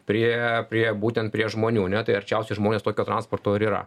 prie prie būtent prie žmonių ne tai arčiausiai žmonės tokio transporto ir yra